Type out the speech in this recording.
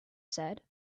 said